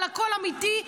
אבל הכול אמיתי,